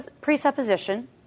presupposition